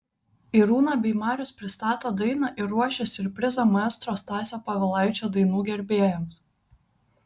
irūna bei marius pristato dainą ir ruošia siurprizą maestro stasio povilaičio dainų gerbėjams